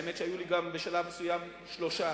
האמת שהיו לי בשלב מסוים גם שלושה,